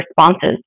responses